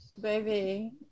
Baby